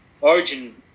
origin